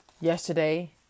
yesterday